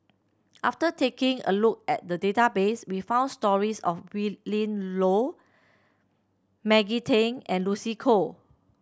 after taking a look at the database we found stories of Willin Low Maggie Teng and Lucy Koh